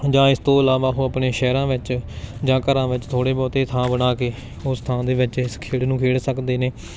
ਜਾਂ ਇਸ ਤੋਂ ਇਲਾਵਾ ਓਹ ਆਪਣੇ ਸ਼ਹਿਰਾਂ ਵਿੱਚ ਜਾਂ ਘਰਾਂ ਵਿੱਚ ਥੋੜ੍ਹੀ ਬਹੁਤੇ ਥਾਂ ਬਣਾ ਕੇ ਓਸ ਥਾਂ ਦੇ ਵਿੱਚ ਇਸ ਖੇਡ ਨੂੰ ਖੇਡ ਸਕਦੇ ਨੇ